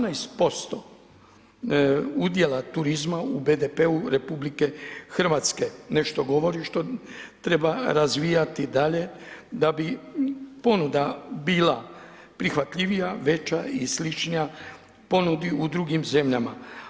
18% udjela turizma u BDP.-u nešto govori što treba razvijati dalje da bi ponuda bila prihvatljivija, veća i sličnija ponudi u drugim zemljama.